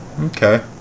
Okay